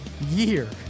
year